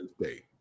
State